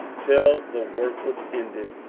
till the work was ended,